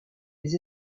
les